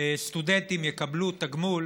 סטודנטים יקבלו תגמול